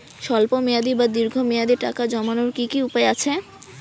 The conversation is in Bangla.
স্বল্প মেয়াদি বা দীর্ঘ মেয়াদি টাকা জমানোর কি কি উপায় আছে?